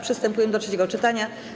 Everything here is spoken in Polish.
Przystępujemy do trzeciego czytania.